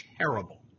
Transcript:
terrible